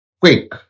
quick